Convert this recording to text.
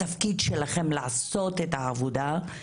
התפקיד שלכם לעשות את העבודה.